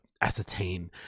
ascertain